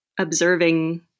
observing